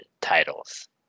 titles